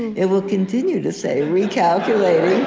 and it will continue to say, recalculating.